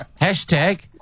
hashtag